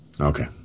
Okay